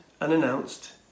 unannounced